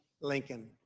Lincoln